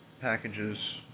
packages